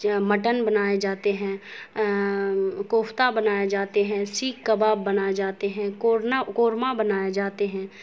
mutton بنائے جاتے ہیں کوفتہ بنائے جاتے ہیں سیخ کباب بنائے جاتے ہیں کورمہ بنائے جاتے ہیں